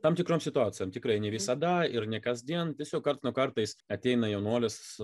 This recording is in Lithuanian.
tam tikrom situacijom tikrai ne visada ir ne kasdien tiesiog karts nuo kartais ateina jaunuolis